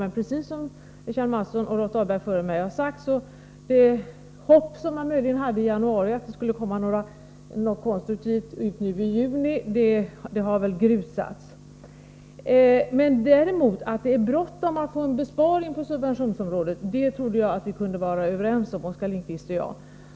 Men precis som Kjell Mattsson och Rolf Dahlberg före mig har sagt, har det hopp som man möjligen hade i januari, om att det skulle komma något konstruktivt nu i juni, grusats. Däremot trodde jag, Oskar Lindkvist, att vi kunde vara överens om att det är bråttom att få till stånd en besparing på subventionsområdet.